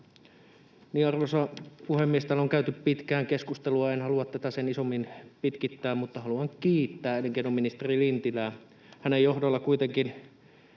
Arvoisa puhemies! Täällä on käyty pitkään keskustelua, en halua tätä sen isommin pitkittää, mutta haluan kiittää elinkeinoministeri Lintilää. Hänen johdollaan tehdyllä